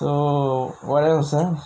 so what else ah